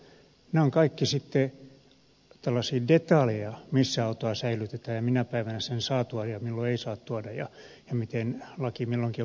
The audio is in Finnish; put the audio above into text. nämä ovat kaikki sitten tällaisia detaljeita missä autoa säilytetään minä päivänä sen saa tuoda milloin ei saa tuoda ja miten laki milloinkin on käyttäytynyt